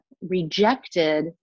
rejected